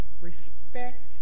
respect